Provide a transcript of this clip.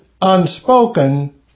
unspoken